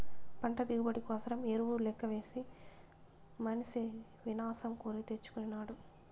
పంట దిగుబడి కోసరం ఎరువు లెక్కవేసి మనిసి వినాశం కోరి తెచ్చుకొనినాడు